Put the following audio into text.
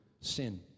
sin